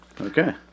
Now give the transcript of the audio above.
Okay